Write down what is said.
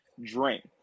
drink